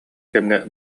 кэмҥэ